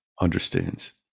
understands